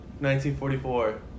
1944